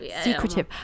secretive